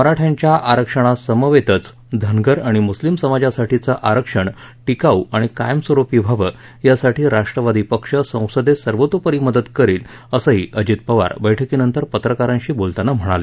मराठयाच्या आरक्षणा समवतेच धनगर आणि मुस्लीम समाजासाठीचं आरक्षण टिकाऊ आणि कायमस्वरूपी व्हावं यासाठी राष्ट्रवादी पक्ष संसदेत सर्वतोपरी मदत करील असंही अजीत पवार बैठकीनंतर पत्रकारांशी बोलताना म्हणाले